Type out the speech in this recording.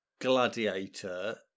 gladiator